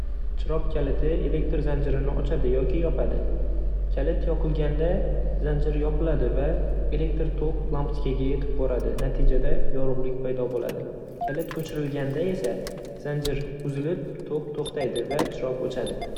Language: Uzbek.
Chiroq kaliti elektr zanjirini ochadi yoki yopadi. Kalit yoqilganda zanjir yopiladi va elektr tok lampochkaga yetib boradi, natijada yorug'lik paydo bo'ladi. Kalit o'chirilganda esa zanjir uzilib, tok to'xtaydi va chiroq o'chadi.